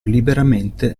liberamente